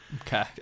Okay